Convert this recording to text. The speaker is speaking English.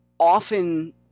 often